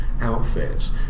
outfits